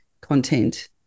content